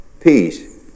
peace